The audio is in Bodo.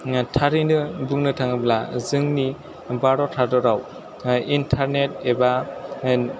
थारैनो बुंनो थाङोब्ला जोंनि भारत हादराव इन्टारनेट एबा होन